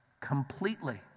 completely